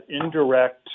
indirect